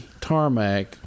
tarmac